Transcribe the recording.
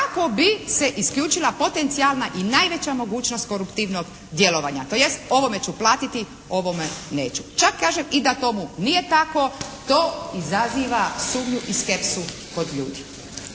kako bi se isključila potencijalna i najveća mogućnost koruptivnog djelovanja, tj. ovome ću platiti, ovome neću. Čak kažem i da tomu nije tako, to izaziva sumnju i skepsu kod ljudi.